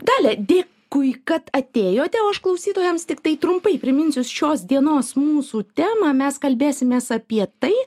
dalia dėkui kad atėjote o aš klausytojams tiktai trumpai priminsiu šios dienos mūsų temą mes kalbėsimės apie tai